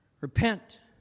Repent